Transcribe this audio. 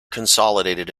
consolidated